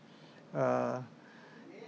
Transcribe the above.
uh